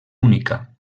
única